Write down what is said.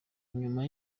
nyuma